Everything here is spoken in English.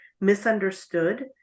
misunderstood